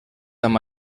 amb